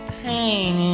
pain